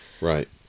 Right